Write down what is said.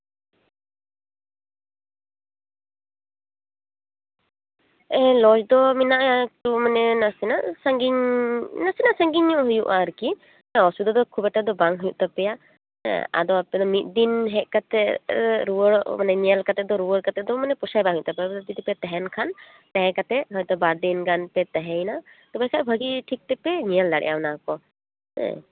ᱮᱭ ᱞᱚᱡᱽ ᱫᱚ ᱢᱮᱱᱟᱜᱼᱟ ᱱᱟᱥᱮᱱᱟᱜ ᱥᱟᱺᱜᱤᱧ ᱧᱚᱜ ᱢᱟᱱᱮ ᱱᱟᱥᱮᱱᱟᱜ ᱥᱟᱺᱜᱤᱧ ᱧᱚᱜ ᱦᱩᱭᱩᱜᱼᱟ ᱟᱨᱠᱤ ᱚᱥᱩᱵᱤᱛᱟ ᱫᱚ ᱠᱷᱩᱵᱽ ᱮᱠᱴᱟ ᱫᱚ ᱵᱟᱝ ᱦᱩᱭᱩᱜ ᱛᱟᱯᱮᱭᱟ ᱦᱮᱸ ᱟᱯᱮ ᱫᱚ ᱢᱤᱫ ᱫᱤᱱ ᱦᱮᱡ ᱠᱟᱛᱮ ᱨᱩᱣᱟᱹᱲ ᱢᱟᱱᱮ ᱧᱮᱞ ᱠᱟᱛᱮ ᱫᱚ ᱨᱩᱣᱟᱹᱲ ᱠᱟᱛᱮ ᱢᱟᱱᱮ ᱯᱚᱥᱟᱣ ᱵᱟᱝ ᱦᱩᱭᱩᱜ ᱛᱟᱯᱮᱭᱟ ᱟᱯᱮ ᱡᱩᱫᱤ ᱯᱮ ᱛᱟᱦᱮᱱ ᱠᱷᱟᱱ ᱛᱟᱦᱮᱸ ᱠᱟᱛᱮ ᱦᱚᱭᱛᱚ ᱵᱟᱨ ᱫᱤᱱ ᱜᱟᱱᱯᱮ ᱛᱟᱦᱮᱸᱭᱱᱟ ᱤᱱᱟᱹᱠᱷᱟᱱ ᱵᱷᱟᱜᱮ ᱴᱷᱤᱠ ᱛᱮᱯᱮ ᱧᱮᱞ ᱫᱟᱲᱮᱭᱟᱜᱼᱟ ᱚᱱᱟᱠᱚ ᱦᱮᱸ